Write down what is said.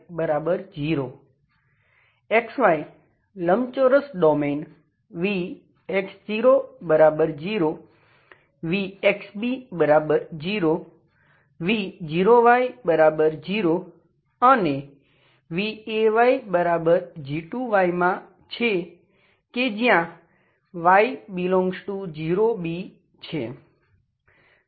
xy લંબચોરસ domain vx00 vxb0 v0y0 અને vayg2 માં છે કે જ્યાં y∈છે